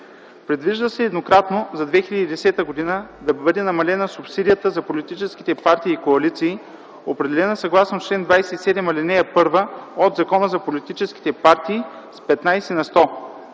Предвижда се еднократно за 2010 г. да бъде намалена субсидията за политическите партии и коалиции, определена съгласно чл. 27, ал. 1 от Закона за политическите партии, с 15 на сто.